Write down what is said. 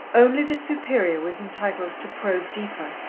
only the superior was entitled to probe deeper,